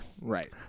Right